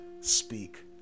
speak